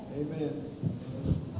Amen